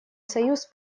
союз